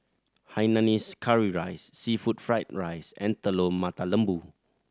hainanese curry rice seafood fried rice and Telur Mata Lembu